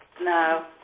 No